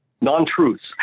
non-truths